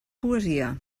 poesia